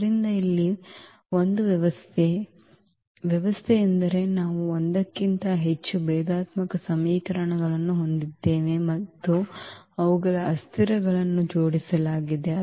ಆದ್ದರಿಂದ ಇಲ್ಲಿ ಇದು ಒಂದು ವ್ಯವಸ್ಥೆ ವ್ಯವಸ್ಥೆ ಎಂದರೆ ನಾವು ಒಂದಕ್ಕಿಂತ ಹೆಚ್ಚು ಭೇದಾತ್ಮಕ ಸಮೀಕರಣಗಳನ್ನು ಹೊಂದಿದ್ದೇವೆ ಮತ್ತು ಅವುಗಳ ಅಸ್ಥಿರಗಳನ್ನು ಜೋಡಿಸಲಾಗಿದೆ